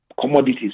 commodities